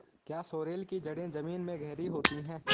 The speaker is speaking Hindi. क्या सोरेल की जड़ें जमीन में गहरी होती हैं?